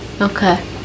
okay